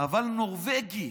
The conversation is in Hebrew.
אבל נורבגי.